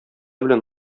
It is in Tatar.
белән